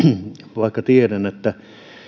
vaikka tiedän että